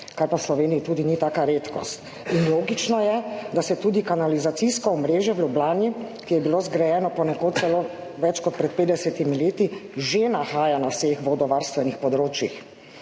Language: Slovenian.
kar pa v Sloveniji tudi ni taka redkost in logično je, da se tudi kanalizacijsko omrežje v Ljubljani, ki je bilo zgrajeno ponekod celo več kot pred 50. leti, že nahaja na vseh vodovarstvenih področjih.